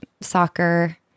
soccer